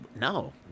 no